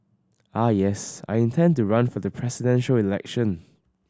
ah yes I intend to run for the Presidential Election